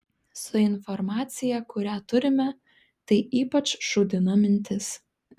su informacija kurią turime tai ypač šūdina mintis